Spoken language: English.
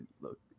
look